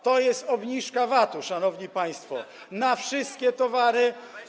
To jest obniżka VAT-u, szanowni państwo, na wszystkie towary.